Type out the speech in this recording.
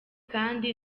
kandi